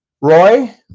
Roy